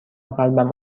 قلبم